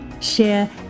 share